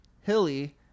hilly